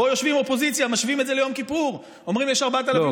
פה יושבים באופוזיציה ומשווים את זה ליום כיפור ואומרים שיש 4,000,